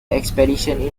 expedition